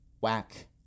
Whack